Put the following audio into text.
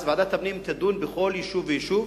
אז ועדת הפנים תדון בכל יישוב ויישוב,